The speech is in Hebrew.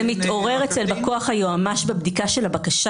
זה מתעורר אצל בא-כוח היועמ"ש בבדיקה של הבקשה.